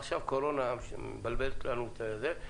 עכשיו קורונה שמבלבלת לנו את הסדר.